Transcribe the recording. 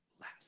last